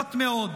משובחת מאוד.